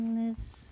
lives